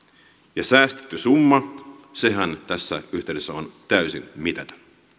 ja säästetty summahan tässä yhteydessä on täysin mitätön